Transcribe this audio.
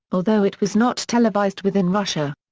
although it was not televised within russia.